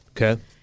Okay